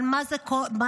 אבל מה זה משנה?